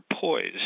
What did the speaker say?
poised